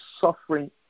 suffering